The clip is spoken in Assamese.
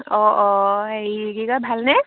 অঁ অঁ হেৰি কি কয় ভালনে